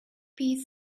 piece